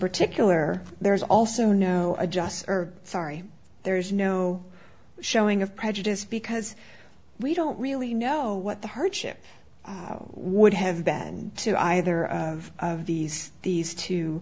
particular there's also no adjuster sorry there's no showing of prejudice because we don't really know what the hardship would have been to either of these these two